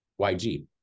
YG